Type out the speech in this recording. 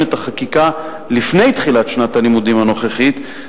את החקיקה לפני שנת הלימודים הנוכחית.